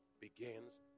begins